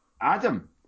Adam